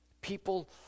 People